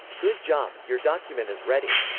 good job, your document is ready!